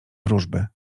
wróżby